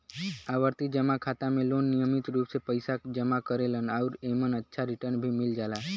आवर्ती जमा खाता में लोग नियमित रूप से पइसा जमा करेलन आउर एमन अच्छा रिटर्न भी मिल जाला